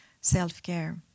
self-care